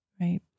right